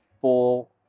full